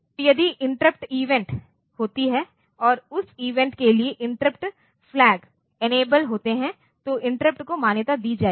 तो यदि interrupt event होती है और उस इवेंट के लिए इंटरप्ट फ्लैग्स इनेबल्ड होते हैं तो इंटरप्ट को मान्यता दी जाएगी